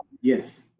Yes